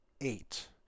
eight